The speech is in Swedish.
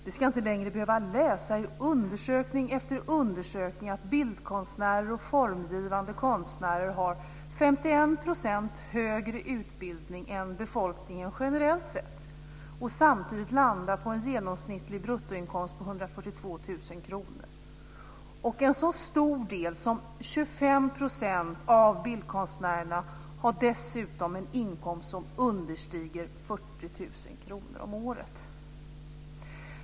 Vi ska inte längre behöva läsa i undersökning efter undersökning att bildkonstnärer och formgivande konstnärer har 51 % högre utbildning än befolkningen generellt sett men ändå landar på en genomsnittlig bruttoinkomst om 142 000 kr. En så stor del som 25 % av bildkonstnärerna har dessutom en inkomst som understiger 40 000 kr om året.